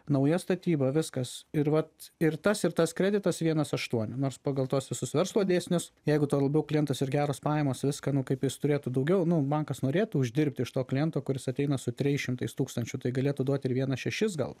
nauja statyba viskas ir vat ir tas ir tas kreditas vienas aštuoni nors pagal tuos visus verslo dėsnius jeigu tuo labiau klientas ir geros pajamos viską nu kaip jis turėtų daugiau nu bankas norėtų uždirbt iš to kliento kuris ateina su trejais šimtais tūkstančių tai galėtų duot ir vienas šešis gal